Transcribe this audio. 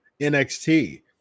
NXT